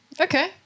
Okay